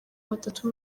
batatu